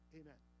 amen